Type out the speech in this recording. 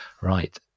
Right